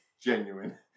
genuine